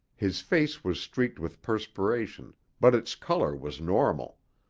his face was streaked with perspiration but its color was normal.